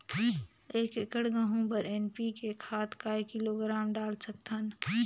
एक एकड़ गहूं बर एन.पी.के खाद काय किलोग्राम डाल सकथन?